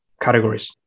categories